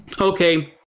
okay